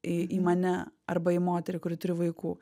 į mane arba į moterį kuri turi vaikų